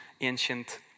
ancient